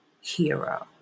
hero